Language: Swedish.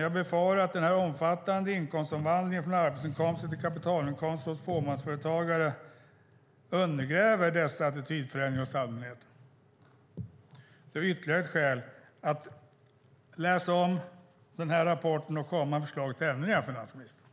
Jag befarar att den här omfattande inkomstomvandlingen från arbetsinkomster till kapitalinkomster hos fåmansföretag undergräver dessa attitydförändringar hos allmänheten. Det är ytterligare ett skäl att läsa om den här rapporten och komma med förslag till ändringar, finansministern!